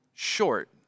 short